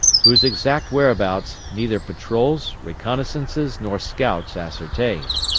whose exact whereabouts neither patrols, reconnoissances, nor scouts ascertained.